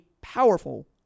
powerful